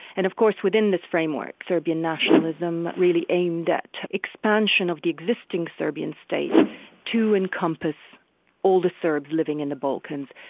and of course within this framework, serbian nationalism really aimed at expansion of the existing serbian state to encompass all the serbs living in the balkans,